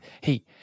Hey